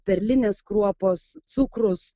perlinės kruopos cukrus